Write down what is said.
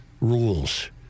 rules